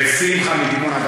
ושמחה מדימונה.